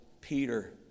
Peter